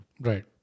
Right